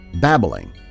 babbling